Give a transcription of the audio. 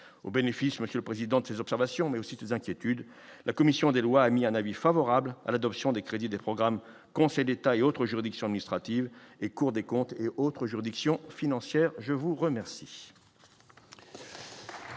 au bénéfice, Monsieur le Président de ces observations, mais aussi toute inquiétude, la commission des lois a mis un avis favorable à l'adoption des crédits de programmes conseil d'État et autres juridictions ministre a-t-il et Cour des Comptes et autres juridictions financières, je vous remercie.